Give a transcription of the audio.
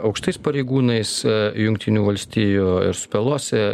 aukštais pareigūnais jungtinių valstijų ir su pelosi